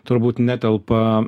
turbūt netelpa